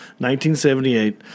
1978